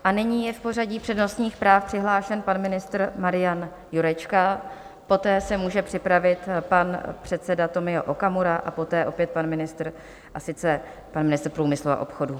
A nyní je v pořadí přednostních práv přihlášen pan ministr Marian Jurečka, poté se může připravit pan předseda Tomio Okamura a poté opět pan ministr, a sice pan ministr průmyslu a obchodu.